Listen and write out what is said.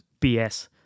BS